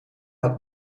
had